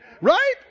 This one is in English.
Right